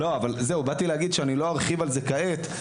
עמדתי להגיד שאני לא ארחיב על זה כעת,